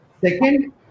Second